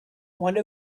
one